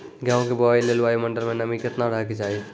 गेहूँ के बुआई लेल वायु मंडल मे नमी केतना रहे के चाहि?